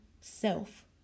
self